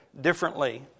differently